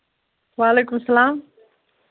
وعلیکُم سلام